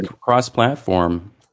cross-platform